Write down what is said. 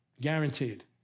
Guaranteed